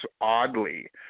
oddly